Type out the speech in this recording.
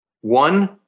one